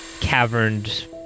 caverned